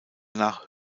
nach